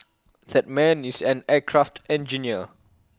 that man is an aircraft engineer